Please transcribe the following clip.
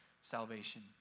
salvation